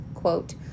quote